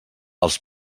els